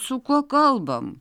su kuo kalbam